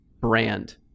brand